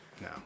no